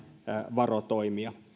varotoimia